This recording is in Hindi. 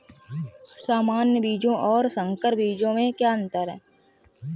सामान्य बीजों और संकर बीजों में क्या अंतर है?